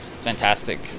fantastic